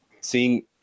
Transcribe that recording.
seeing